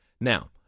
Now